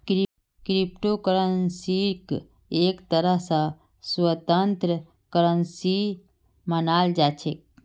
crypto करन्सीक एक तरह स स्वतन्त्र करन्सी मानाल जा छेक